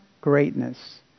greatness